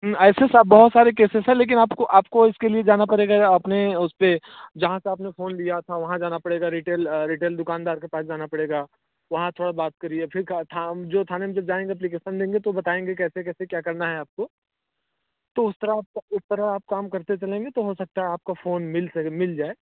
ऐसे साब बहुत सारे केसेस हैं लेकिन आपको आपको इसके लिए जाना पड़ेगा अपने उस पर जहाँ से आपने फ़ोन लिया था वहाँ जाना पड़ेगा रिटेल रिटेल दुकानदार के पास जाना पड़ेगा वहाँ थोड़ा बात करिए फिर जो थाने में जाएंगे अप्लीकेसन देंगे तो वह बताएंगे कैसे कैसे क्या क्या करना है आपको तो उस तरह आप उस तरह आप काम करते चलेंगे तो हो सकता है आपका फ़ोन मिल जाए